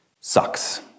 sucks